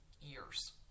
years